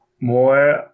more